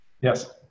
Yes